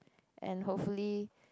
and hopefully